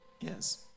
yes